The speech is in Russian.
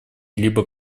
либо